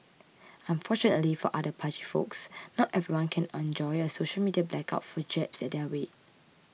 unfortunately for other pudgy folks not everyone can enjoy a social media blackout for jabs at their weight